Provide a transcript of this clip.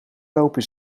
lopen